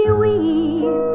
weep